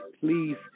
please